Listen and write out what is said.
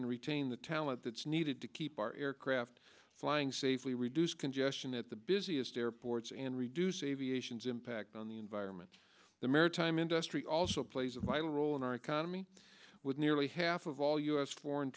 and retain the talent that's needed to keep our aircraft flying safely reduce congestion at the busiest airports and reduce aviation's impact on the environment the maritime industry also plays a vital role in our economy with nearly half of all u s foreign